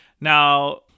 Now